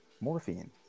morphine